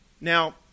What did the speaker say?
Now